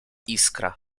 iskra